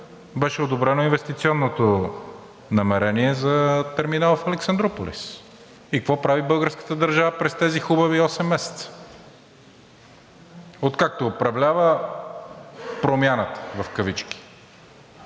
беше одобрено инвестиционното намерение за терминал в Александруполис и какво прави българската държава през тези хубави осем месеца, откакто управлява Промяната? Какви